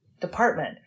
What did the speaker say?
department